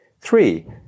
Three